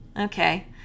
okay